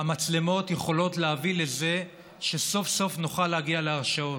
המצלמות יכולות להביא לזה שסוף-סוף נוכל להגיע להרשעות.